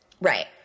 Right